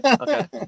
okay